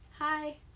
Hi